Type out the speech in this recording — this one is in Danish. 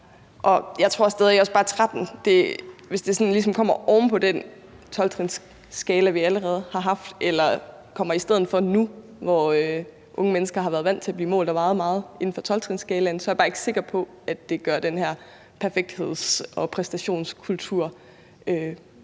Og hvis et 13-tal ligesom kommer oven på den 12-skala, vi allerede har, eller kommer i stedet for den nu, hvor unge mennesker har været vant til at blive målt og vejet meget inden for 12-skalaen, så er jeg bare ikke sikker på, at det gør den her perfektheds- og præstationskultur mindre